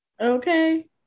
okay